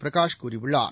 பிரகாஷ் கூறியுள்ளார்